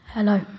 Hello